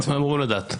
אנחנו אמורים לדעת.